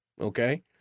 okay